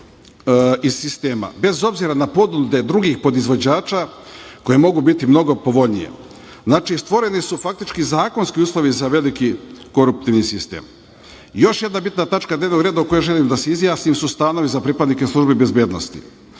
iz sistema, bez obzira na ponude drugih podizvođača koje mogu biti mnogo povoljnije. Znači, stvoreni su faktički zakonski uslovi za veliki koruptivni sistem. Još jedna bitna tačka dnevnog reda o kojoj želim da se izjasnim su stanovi za pripadnike službi bezbednosti.